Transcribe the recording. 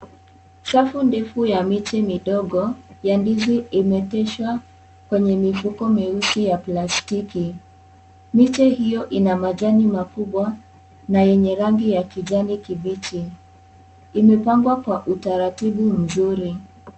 Safu ndefu ya miti midogo ya ndizi imepishwa kwenye mifuko mieusi ya plastiki. Miche hio ina majani makubwa na yenye rangi ya kijani kibichi. Imeoangwa kwa utaratibu mzuri.